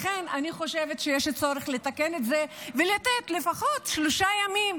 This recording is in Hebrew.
לכן אני חושבת שיש צורך לתקן את זה ולתת לפחות שלושה ימים,